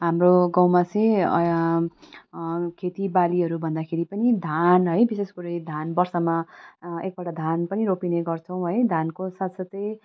हाम्रो गाउँमा चाहिँ खेतीबालीहरू भन्दाखेरि पनि धान है विशेष गरी धान वर्षमा एकपल्ट धान पनि रोप्ने गर्छौँ है धानको साथसाथै